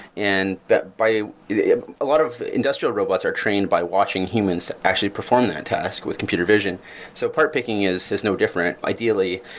and that by a lot of industrial robots are trained by watching humans actually perform that task with computer vision so part picking is is no different. ideally,